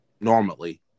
normally